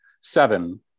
seven